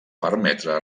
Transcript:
permetre